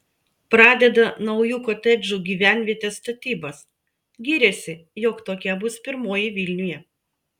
pradeda naujų kotedžų gyvenvietės statybas giriasi jog tokia bus pirmoji vilniuje